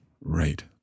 Right